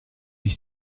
ich